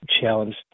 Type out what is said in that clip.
challenge